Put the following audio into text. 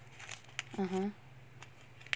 (uh huh)